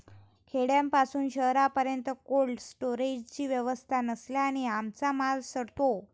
खेड्यापासून शहरापर्यंत कोल्ड स्टोरेजची व्यवस्था नसल्याने आमचा माल सडतो